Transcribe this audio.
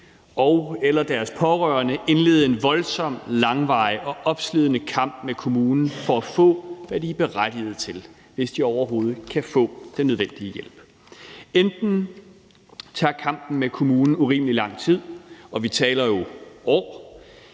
og/eller deres pårørende indlede en voldsom, langvarig og opslidende kamp med kommunen for at få, hvad de er berettiget til, hvis de overhovedet kan få den nødvendige hjælp. Nogle gange tager kampen med kommunen urimelig lang tid – og vi taler jo om